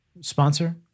sponsor